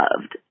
loved